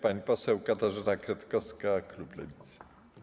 Pani poseł Katarzyna Kretkowska, klub Lewicy.